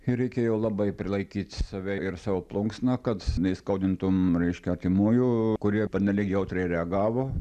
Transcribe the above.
ir reikėjo labai prilaikyt save ir savo plunksną kad neįskaudintum reiškia artimųjų kurie pernelyg jautriai reagavo